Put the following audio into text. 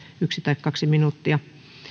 yksi tai kaksi minuuttia